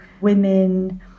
women